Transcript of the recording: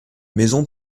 maison